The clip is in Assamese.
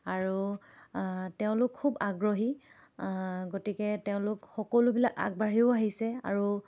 আৰু তেওঁলোক খুব আগ্ৰহী গতিকে তেওঁলোক সকলোবিলাক আগবাঢ়িও আহিছে আৰু